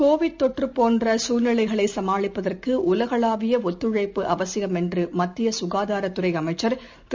Covid தொற்றுபோன்றசூழ்நிலைகளைசமாளிப்பதற்குஉலகளாவியஒத்துழைப்பு அவசியம் என்றுமத்தியசுகாதாரத் துறைஅமைச்சர் திரு